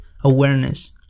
awareness